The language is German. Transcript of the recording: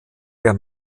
der